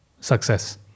success